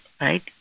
right